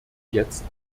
jetzt